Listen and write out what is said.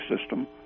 system